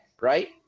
right